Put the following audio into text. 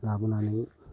लाबोनानै